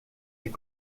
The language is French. est